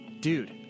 dude